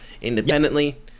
independently